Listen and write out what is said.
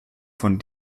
von